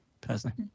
personally